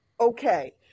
Okay